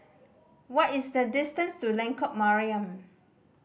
what is the distance to Lengkok Mariam